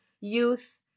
youth